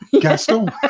Gaston